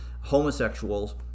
homosexuals